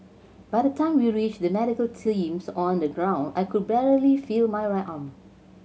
by the time we reached the medical teams on the ground I could barely feel my right arm